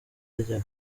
rya